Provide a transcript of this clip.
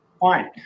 Fine